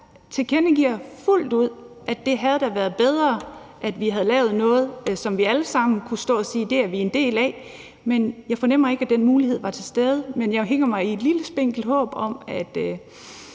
tilkendegiver fuldt ud, at det da havde været bedre, at vi havde lavet noget, som vi alle sammen kunne stå og sige vi er en del af, men jeg fornemmer ikke, at den mulighed var til stede. Men jeg hænger mig i et lille spinkelt håb om, at